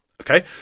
Okay